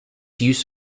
use